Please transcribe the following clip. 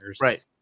Right